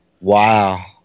Wow